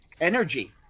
energy